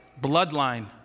bloodline